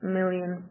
million